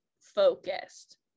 focused